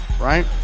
right